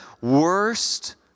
worst